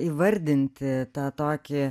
įvardinti tą tokį